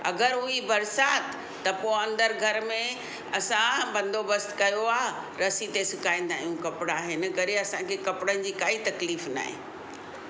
अगरि ओई बरसाति त पोइ अंदरि घर में असां बंदोबस्तु कयो आहे रस्सी ते सुकाईंदा आहियूं कपिड़ा हिन करे असांखे कपिड़नि जी काई तकलीफ़ न आहे